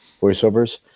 voiceovers